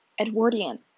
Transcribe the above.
Edwardian